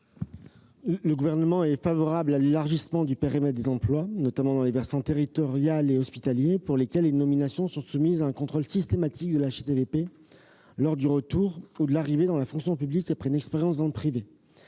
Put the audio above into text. Le Gouvernement est favorable à l'élargissement du périmètre des emplois, notamment dans les versants des fonctions publiques territoriale et hospitalière, pour lesquels les nominations sont soumises au contrôle systématique de la HATVP lors du retour ou de l'arrivée dans la fonction publique après une expérience dans le privé.